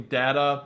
data